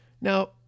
now